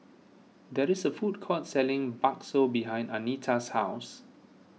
there is a food court selling Bakso behind Anita's house